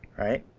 right,